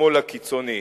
השמאל הקיצוני.